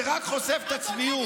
זה רק חושף את הצביעות.